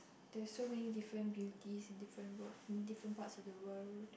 there's so many different beauties in different world I mean different parts of the world